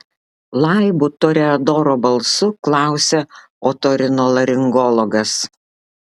laibu toreadoro balsu klausia otorinolaringologas